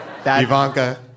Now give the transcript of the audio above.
Ivanka